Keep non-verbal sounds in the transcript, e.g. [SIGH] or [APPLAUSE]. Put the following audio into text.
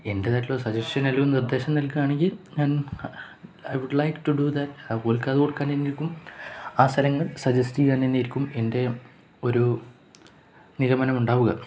എൻ്റെതായിട്ടുള്ള suggestion നൽും നിർദ്ദേശം നൽകുാണെങ്കി ഞാൻ I would like to do that [UNINTELLIGIBLE] ആ സഥലങ്ങൾ സജസ്റ്റ് ചെയ്യാൻ തന്നെ തന്നെയായിരിക്കും എൻ്റെ ഒരു നിഗമനം ഉണ്ടാവുക